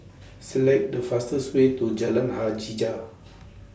Select The fastest Way to Jalan Hajijah